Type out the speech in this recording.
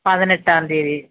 പതിനെട്ടാം തിയതി